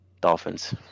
Dolphins